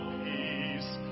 peace